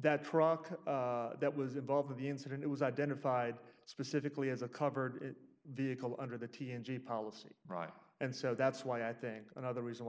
that truck that was involved in the incident it was identified specifically as a covered vehicle under the t n g policy right and so that's why i think another reason why i